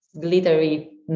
glittery